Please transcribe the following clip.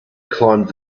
climbed